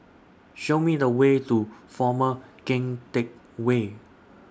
Show Me The Way to Former Keng Teck Whay